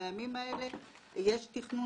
בימים האלה יש תכנון,